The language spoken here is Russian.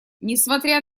несмотря